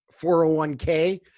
401k